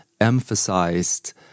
emphasized